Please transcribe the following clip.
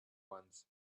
once